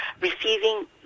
receiving